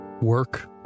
work